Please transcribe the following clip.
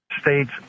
State's